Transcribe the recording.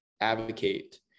advocate